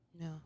No